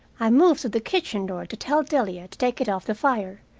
i moved to the kitchen door to tell delia to take it off the fire.